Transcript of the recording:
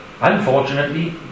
unfortunately